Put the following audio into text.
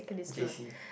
J_C